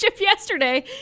yesterday